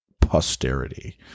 posterity